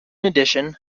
addition